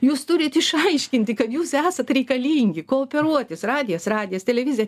jūs turit išaiškinti kad jūs esat reikalingi kooperuotis radijas radijas televizija